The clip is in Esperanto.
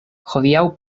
hodiaŭ